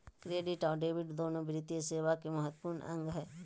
credit और debit दोनो वित्तीय सेवा के महत्त्वपूर्ण अंग हय